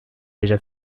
déjà